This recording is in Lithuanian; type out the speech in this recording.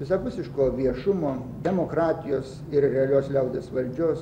visapusiško viešumo demokratijos ir realios liaudies valdžios